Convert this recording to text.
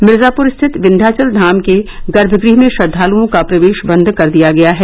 मिर्जाप्र स्थित विन्ध्याचल धाम के गर्भ गृह में श्रद्वाल्ओं का प्रवेश बंद कर दिया गया है